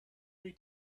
many